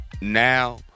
now